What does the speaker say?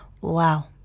Wow